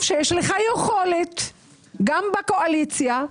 שאתה בקואליציה,